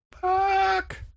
Fuck